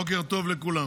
בוקר טוב לכולם.